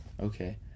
Okay